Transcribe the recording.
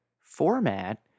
...format